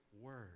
word